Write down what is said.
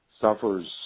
suffers